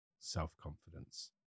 self-confidence